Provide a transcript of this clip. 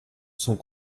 sont